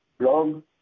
blog